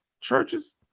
churches